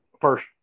first